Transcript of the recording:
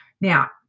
now